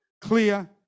clear